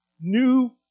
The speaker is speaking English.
new